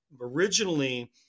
Originally